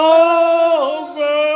over